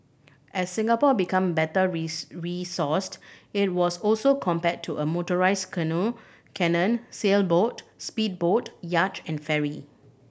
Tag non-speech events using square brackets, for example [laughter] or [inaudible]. as Singapore become better [unintelligible] resourced it was also compared to a motorised [unintelligible] canoe sailboat speedboat yacht and ferry